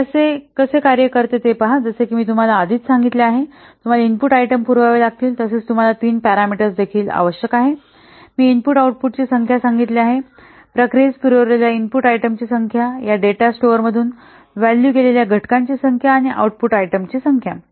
हे कसे कार्य करते ते पहा जसे की मी तुम्हाला आधीच सांगितले आहे तुम्हाला इनपुट आयटम पुरवावे लागतील तसेच तुम्हाला तीन पॅरामीटर्स देखील आवश्यक आहेत मी इनपुट आउटपुटची संख्या सांगितली आहे प्रक्रियेस पुरविलेल्या इनपुट आयटमची संख्या या डेटा स्टोअरमधून व्हॅल्यू केलेल्या घटकांची संख्या आणि आउटपुट आयटमची संख्या